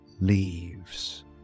leaves